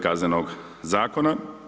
Kaznenog zakona.